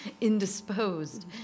indisposed